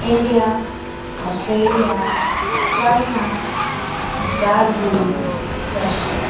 India Australia China Brazil Russia